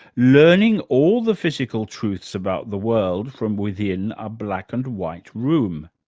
learning all the physical truths about the world from within a black-and-white room.